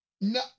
No